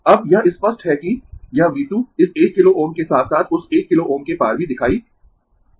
अब यह स्पष्ट है कि यह V 2 इस 1 किलो Ω के साथ साथ उस 1 किलो Ω के पार भी दिखाई देता है